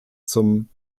zum